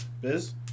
Biz